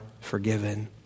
forgiven